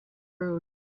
road